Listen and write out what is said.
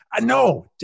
No